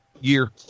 Year